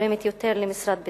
הולמת יותר את משרד הביטחון.